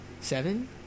seven